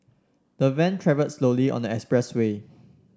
the van travelled slowly on the expressway